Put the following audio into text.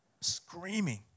screaming